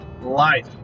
Life